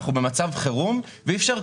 אנחנו במצב חירום ואי אפשר,